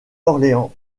orléans